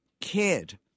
kid